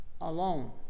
alone